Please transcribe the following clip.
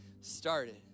started